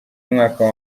umwaka